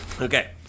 Okay